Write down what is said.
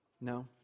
No